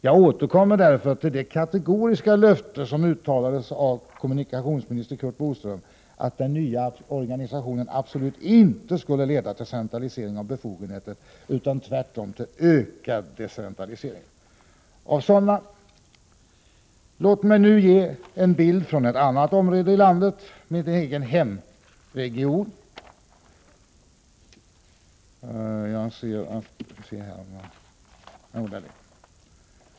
Jag återkommer därför till det kategoriska löfte som uttalades av kommunikationsminister Curt Boström, att den nya organisationen absolut inte skulle leda till centralisering av befogenheter utan tvärtom till en ökad decentralisering. Låt mig nu ge en bild från ett annat område i landet, från min hemregion.